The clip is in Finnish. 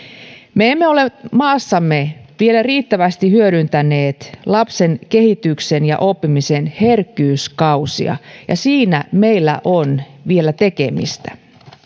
me emme ole maassamme vielä riittävästi hyödyntäneet lapsen kehityksen ja oppimisen herkkyyskausia siinä meillä on vielä tekemistä